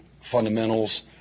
fundamentals